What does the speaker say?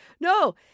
no